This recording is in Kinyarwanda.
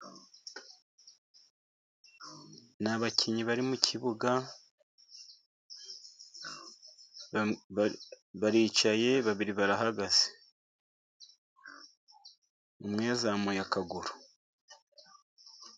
Ni abakinnyi bari mu kibuga baricaye, babiri barahagaze umwe yazamuye akaguru.